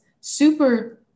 super